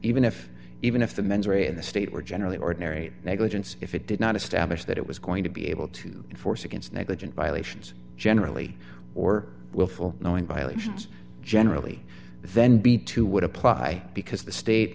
even if even if the mens rea in the state were generally ordinary negligence if it did not establish that it was going to be able to force against negligent violations generally or willful knowing violations generally then be too would apply because the state